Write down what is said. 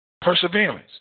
Perseverance